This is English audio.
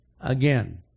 again